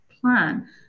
plan